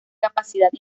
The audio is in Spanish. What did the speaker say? capacidad